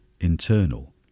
internal